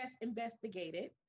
investigated